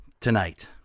tonight